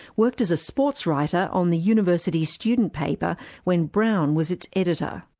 worked as a sports writer on the university student paper when brown was its editor.